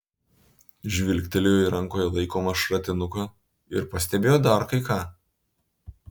žvilgtelėjo į rankoje laikomą šratinuką ir pastebėjo dar kai ką